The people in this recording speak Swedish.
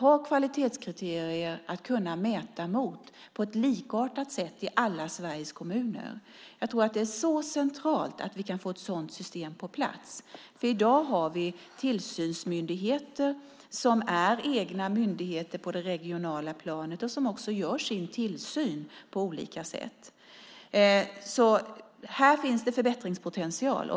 Jag tror att det är mycket centralt att ha ett system med kvalitetskriterier att mäta mot på likartat sätt i alla Sveriges kommuner. I dag har vi tillsynsmyndigheter som är egna myndigheter på det regionala planet. De gör också sin tillsyn på olika sätt. Det finns förbättringspotential.